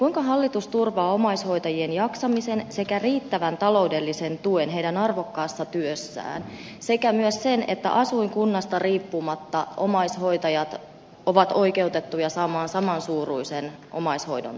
kuinka hallitus turvaa omaishoitajien jaksamisen sekä riittävän taloudellisen tuen heidän arvokkaassa työssään sekä myös sen että asuinkunnasta riippumatta omaishoitajat ovat oikeutettuja saamaan saman suuruisen omaishoidon tuen